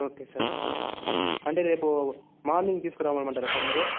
okay sir అంటే రేపు morning తీసుకురమ్మంటారా సార్ మీరు